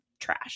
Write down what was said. trash